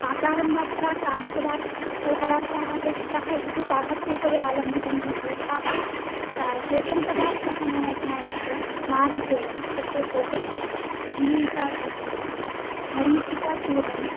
पाकारम्भात् प्राक् कानि पदार्था के पदार्थाः अपेक्षिताः इति तु पाकस्य उपरि आलम्बितं भवति तथापि क केचनपदार्थाः मया ज्ञायते नारिकेलम् इत्युक्तौ कोकनेट् जीरिका इति उच्यते मरीचिकाचूर्णं